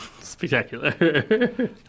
spectacular